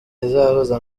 izahuza